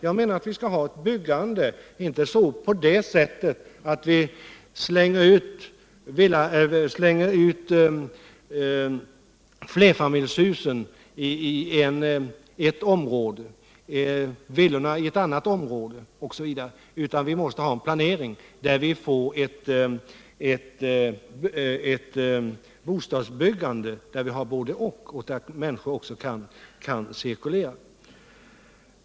Jag menar att vi inte skall ha ett byggande där vi ”slänger ut” flerfamiljshusen i ett område och villorna i ett annat, utan vi måste ha en planering där vi får ett bostadsbyggande med både-och, där människor också kan cirkulera.